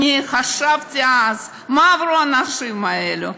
חשבתי אז מה עברו האנשים האלה,